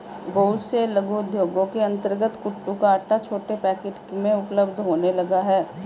बहुत से लघु उद्योगों के अंतर्गत कूटू का आटा छोटे पैकेट में उपलब्ध होने लगा है